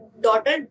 daughter